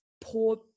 poor